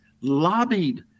lobbied